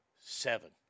seven